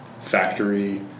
factory